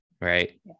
Right